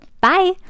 Bye